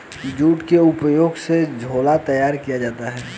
jute के उपयोग से झोला तैयार किया जाता है